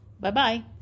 Bye-bye